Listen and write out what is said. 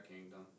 kingdom